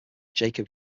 jacob